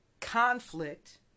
conflict